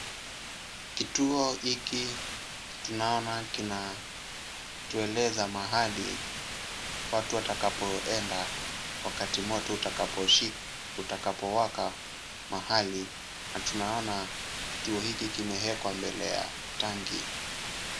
Kituo hiki tunaona kinatueleza mahali watu watakapoenda, wakati moto utakapowaka mahali na tunaona kituo hiki kimeekwa mbele ya tangi.